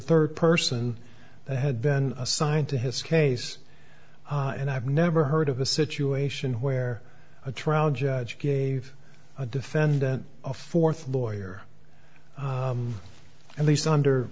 third person that had been assigned to his case and i've never heard of a situation where a trial judge gave a defendant a fourth lawyer at least under